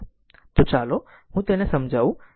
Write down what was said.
તો ચાલો હું તેને સમજાવું